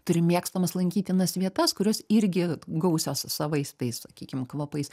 turi mėgstamas lankytinas vietas kurios irgi gausios savais tais sakykim kvapais